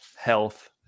health